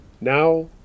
Now